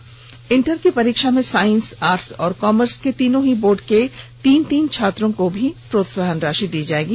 इसी तरह इंटर की परीक्षा में साइंस आर्ट्स और कॉमर्स के तीनों ही बोर्ड के तीन तीन छात्रों को प्रोत्साहन राशि दी जाएगी